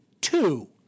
two